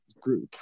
group